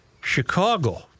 Chicago